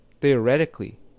theoretically